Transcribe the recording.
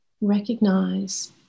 recognize